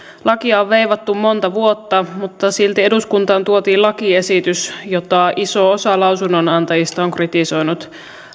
lakia on veivattu monta vuotta mutta silti eduskuntaan tuotiin lakiesitys jota iso osa lausunnonantajista on kritisoinut